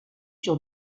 sur